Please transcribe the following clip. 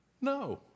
No